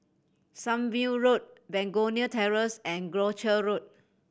Sunview Road Begonia Terrace and Croucher Road